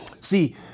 See